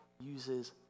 uses